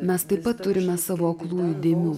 mes taip pat turime savo aklųjų dėmių